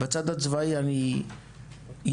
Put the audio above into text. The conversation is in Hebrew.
בצד הצבאי יש סוגיות,